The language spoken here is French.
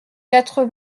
quatre